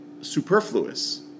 superfluous